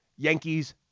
Yankees